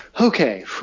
Okay